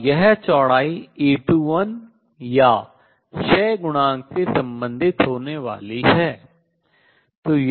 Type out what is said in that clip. और यह चौड़ाई A21 या क्षय गुणांक से संबंधित होने वाली है